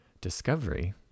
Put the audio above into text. discovery